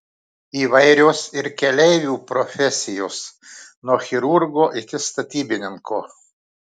įvairios ir keleivių profesijos nuo chirurgo iki statybininko